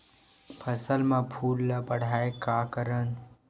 फसल म फूल ल बढ़ाय का करन?